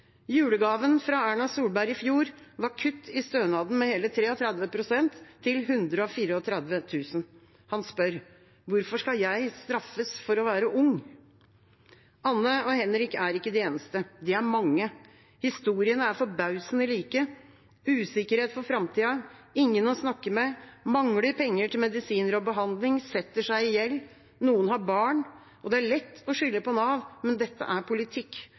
Julegaven fra Erna Solberg i fjor var kutt i stønaden med hele 33 pst. til 134 000 kr. Han spør: Hvorfor skal jeg straffes for å være ung? Anne og Henrik er ikke de eneste. De er mange. Historiene er forbausende like – usikkerhet for framtida, ingen å snakke med, mangler penger til medisiner og behandling, setter seg i gjeld. Noen har barn. Det er lett å skylde på Nav, men dette er politikk